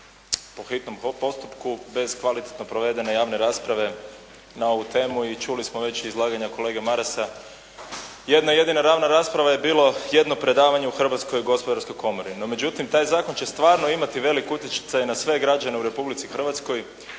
po hitnom postupku bez kvalitetno provedene javne rasprave na ovu temu i čuli smo već izlaganja kolege Marasa. Jedna jedina rasprava je bila jedno predavanje u Hrvatskoj gospodarskoj komori. Međutim, taj zakon će stvarno imati veliki utjecaj na sve građane u Republici Hrvatskoj